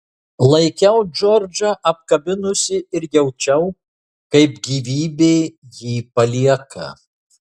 laikiau džordžą apkabinusi ir jaučiau kaip gyvybė jį palieka